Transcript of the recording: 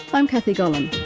i'm kathy gollan.